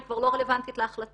היא כבר לא רלבנטית להחלטה".